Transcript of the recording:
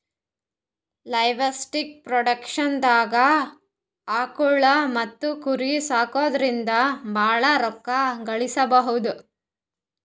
livestock ಪ್ರೊಡಕ್ಷನ್ದಾಗ್ ಆಕುಳ್ ಮತ್ತ್ ಕುರಿ ಸಾಕೊದ್ರಿಂದ ಭಾಳ್ ರೋಕ್ಕಾ ಗಳಿಸ್ಬಹುದು